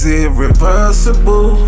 irreversible